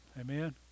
Amen